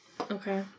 Okay